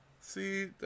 See